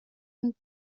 und